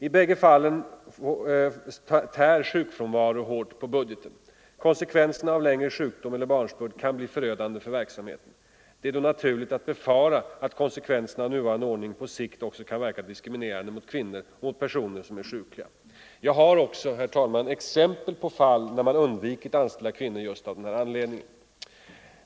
I bägge fallen tär sjukfrånvaro hårt på budgeten. Konsekvenserna av längre sjukdom eller barnsbörd kan bli förödande för verksamheten. Det är då naturligt att befara att konsekvenserna av nuvarande ordning på sikt också kan verka diskriminerande mot kvinnor och mot personer som är sjukliga. Jag har också, herr talman, exempel på fall när man undvikit att anställa kvinnor just av den anledningen.